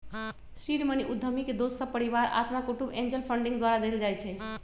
seed money उद्यमी के दोस सभ, परिवार, अत्मा कुटूम्ब, एंजल फंडिंग द्वारा देल जाइ छइ